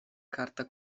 carta